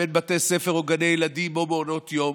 אין בתי ספר או גני ילדים או מעונות ילדים,